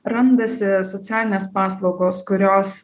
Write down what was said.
randasi socialinės paslaugos kurios